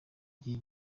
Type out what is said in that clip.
gihe